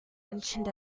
mentioned